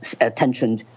attention